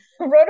wrote